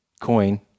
coin